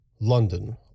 London